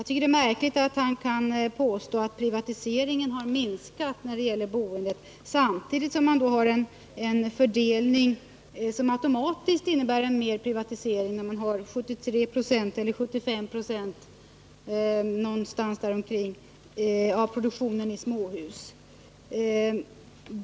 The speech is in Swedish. Det är märkligt att han kan påstå att privatiseringen i boendet har minskat — samtidigt som fördelningen av bostadsbyggandet automatiskt medför en större privatisering genom att ca 75 96 av produktionen består av småhus.